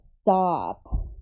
stop